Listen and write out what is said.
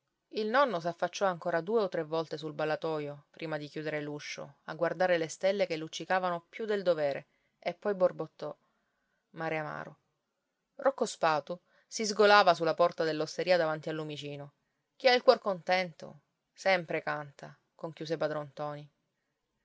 il nonno s'affacciò ancora due o tre volte sul ballatoio prima di chiudere l'uscio a guardare le stelle che luccicavano più del dovere e poi borbottò mare amaro rocco spatu si sgolava sulla porta dell'osteria davanti al lumicino chi ha il cuor contento sempre canta conchiuse padron ntoni